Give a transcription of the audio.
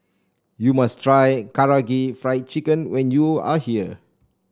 you must try Karaage Fried Chicken when you are here